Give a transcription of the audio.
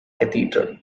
cathedral